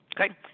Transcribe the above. okay